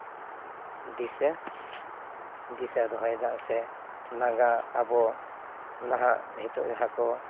ᱫᱤᱥᱟᱹ ᱫᱤᱥᱟᱹ ᱫᱚᱦᱚᱭᱮᱫᱟ ᱥᱮ ᱚᱱᱟ ᱜᱮ ᱟᱵᱚ ᱱᱟᱦᱟᱜ ᱱᱤᱛᱳᱜ ᱡᱟᱦᱟᱸ ᱠᱚ